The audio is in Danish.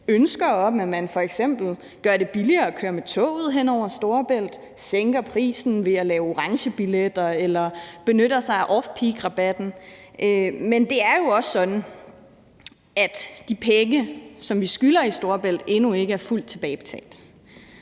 ønsker om, at man f.eks. gør det billigere at køre med toget hen over Storebælt, sænker prisen ved at lave orangebilletter eller benytter sig af off peak-rabatten. Men det er jo også sådan, at de penge, vi skylder i forhold til Storebælt, endnu ikke er fuldt tilbagebetalt.